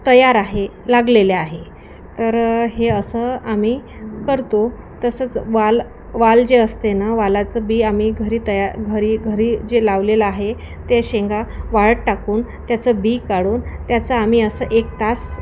तयार आहे लागलेले आहे तर हे असं आम्ही करतो तसंच वाल वाल जे असते ना वालाचं बी आम्ही घरी तया घरी घरी जे लावलेलं आहे ते शेंगा वाळत टाकून त्याचं बी काढून त्याचं आम्ही असं एक तास